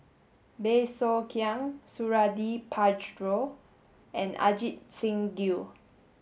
Bey Soo Khiang Suradi Parjo and Ajit Singh Gill